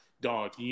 dog